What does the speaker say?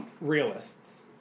Realists